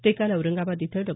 ते काल औरंगाबाद इथं डॉ